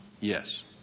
Yes